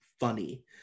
funny